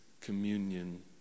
communion